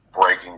breaking